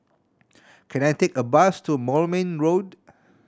can I take a bus to Moulmein Road